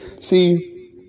See